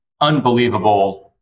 unbelievable